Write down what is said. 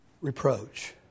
Reproach